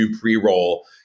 pre-roll